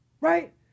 right